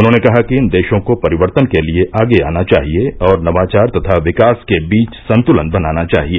उन्होंने कहा कि इन देशों को परिवर्तन के लिए आगे आना चाहिए और नवाचार तथा विकास के बीच संतुलन बनाना चाहिए